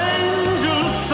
angels